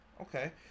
Okay